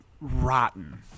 rotten